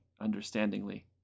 understandingly